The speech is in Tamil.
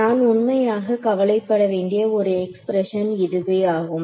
நான் உண்மையாக கவலைப்பட வேண்டிய ஒரு எக்ஸ்பிரஷன் இதுவே ஆகும்